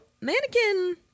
mannequin